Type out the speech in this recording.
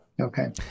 Okay